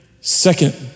second